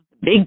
big